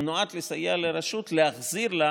הוא נועד לסייע לרשות להחזיר לה